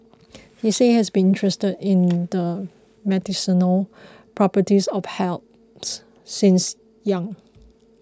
he said he has been interested in the medicinal properties of herbs since young